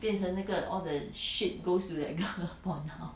变成那个 all the shit goes to that girl for now